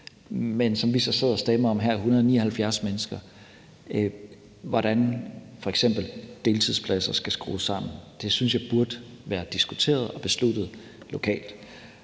mennesker – sidder og stemmer om her, f.eks. hvordan deltidspladser skal skrues sammen. Det synes jeg burde være diskuteret og besluttet lokalt.